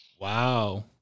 Wow